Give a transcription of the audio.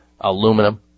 aluminum